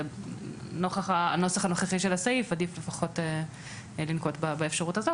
נוכח הנוסח הנוכחי של הסעיף עדיף לפחות לנקוט באפשרות הזאת,